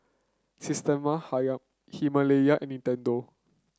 Systema Himalaya and Nintendo